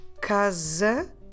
casa